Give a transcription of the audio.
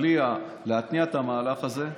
בלי להתניע את המהלך הזה,